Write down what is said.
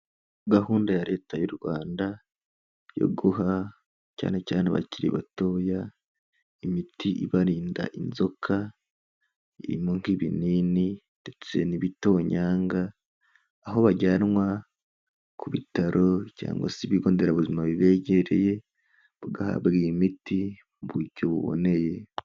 Gahunda ya Leta y'u Rwanda yo guha cyane cyane abakiri batoya imiti ibarinda inzoka, irimo nk'ibinini ndetse n'ibitonyanga, aho bajyanwa ku bitaro cyangwa se ibigo nderabuzima bibegereye bagahabwa iyi imiti mu buryo buboneye.